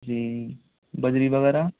जी बजरी वगैरह